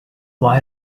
why